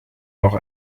noch